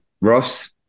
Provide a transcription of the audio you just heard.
Ross